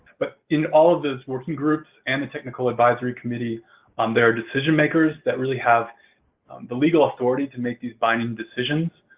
but in all of these working groups and the technical advisory committee um there are decision makers that really have the legal authority to make these binding decisions,